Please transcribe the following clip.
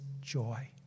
joy